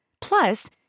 Plus